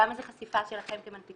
למה זה חשיפה שלכם כמנפיקים?